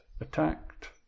Attacked